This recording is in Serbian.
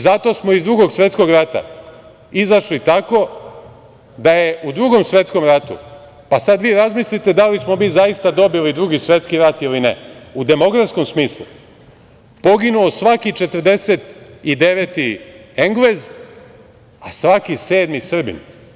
Zato smo iz Drugog svetskog rata izašli tako da je u Drugom svetskom ratu, pa sada vi razmislite da li smo mi zaista dobili Drugi svetski rat ili ne, u demografskom smislu, poginuo je svaki četrdeset i deveti Englez, a svaki sedmi Srbin.